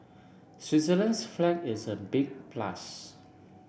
Switzerland's flag is a big plus